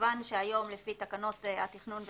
כיון שהיום, לפי תקנות התכנון והבנייה,